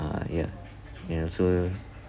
uh ya and also